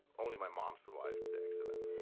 only my mom survived the accident.